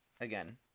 again